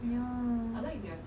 ya